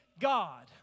God